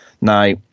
Now